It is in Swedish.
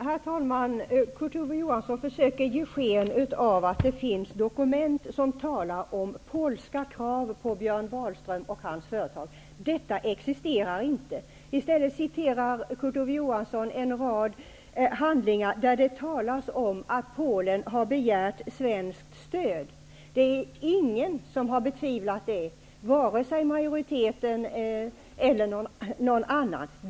Herr talman! Kurt Ove Johansson försöker ge sken av att det finns dokument som visar på polska krav på att Björn Wahlström och hans företag skall anlitas. Dessa dokument existerar inte. I stället citerar Kurt Ove Johansson en rad handlingar där det talas om att Polen har begärt svenskt stöd. Det är ingen som har betvivlat det -- varken majoriteten eller någon annan.